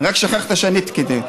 רק שכחת שאני תיקנתי.